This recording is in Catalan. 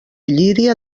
llíria